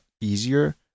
easier